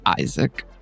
Isaac